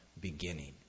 beginning